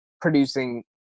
producing